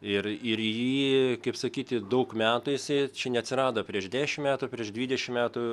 ir ir jį kaip sakyti daug metų jisai čia neatsirado prieš dešimt metų prieš dvidešimt metų